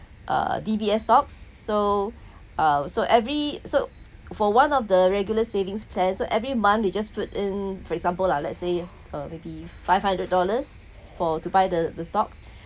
uh D_B_S stocks so uh so every so for one of the regular savings plan so every month you just put in for example lah let's say uh maybe five hundred dollars for to buy the the stocks